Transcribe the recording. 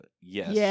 Yes